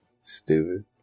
Stupid